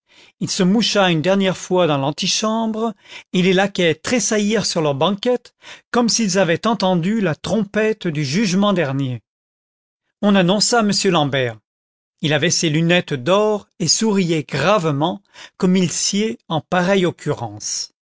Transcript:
il se moucha une dernière fois dans l'antichambre et les laquais tressaillirent sur leurs banquettes comme s'ils avaient entendu la trompette du jugement dernier on annonça m l'ambert il avait ses lunettes d'or et souriait gravement comme il sied en pareille occurrence